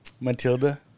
Matilda